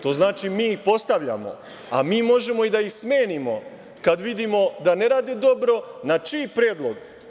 To znači mi ih postavljamo, a mi možemo i da ih smenimo kad vidimo da ne rade dobro, na čiji predlog?